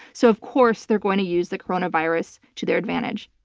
so, of course, they're going to use the coronavirus to their advantage.